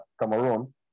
Cameroon